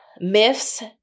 myths